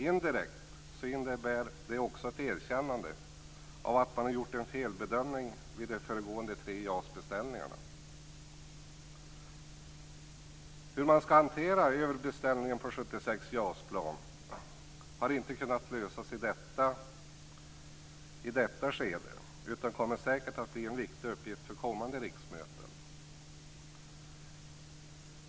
Indirekt innebär det också ett erkännande av att man har gjort en felbedömning vid de föregående tre JAS Hur man ska hantera överbeställningen på 76 JAS-plan har inte kunnat lösas i detta skede utan kommer säkert att bli en viktig uppgift för kommande riksmöten.